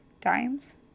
times